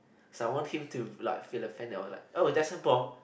someone him to like feel a fan then I was like oh that's a bomb